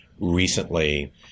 recently